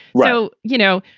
well, you know,